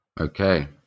Okay